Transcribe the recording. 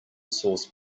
source